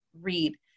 read